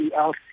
else